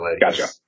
Gotcha